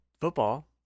football